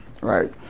right